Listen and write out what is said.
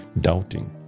doubting